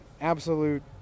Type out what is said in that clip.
absolute